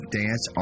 dance